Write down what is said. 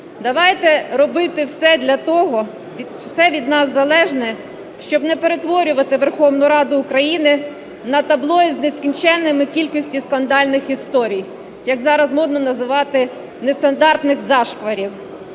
Давайте робити все для того, все від нас залежне, щоб не перетворювати Верховну Раду України на табло із нескінченною кількістю скандальних історій, як зараз модно називати "нестандартних зашкварів".